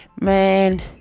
man